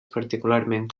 particularment